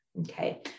Okay